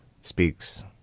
speaks